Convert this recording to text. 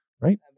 right